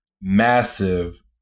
massive